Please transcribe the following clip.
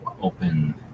open